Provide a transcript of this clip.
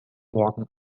morgen